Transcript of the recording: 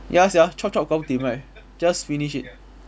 ya sia chop chop gao tim right just finish it